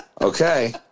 Okay